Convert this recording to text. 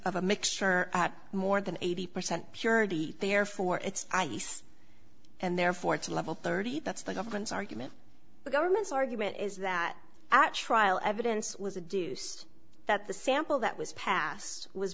of a mixture more than eighty percent purity therefore it's ice and therefore it's eleven thirty that's the government's argument the government's argument is that at trial evidence was a deuce that the sample that was passed was